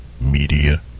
Media